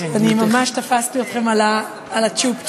אני ממש תפסתי אתכם על הצ'ופצ'יק,